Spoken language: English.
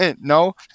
no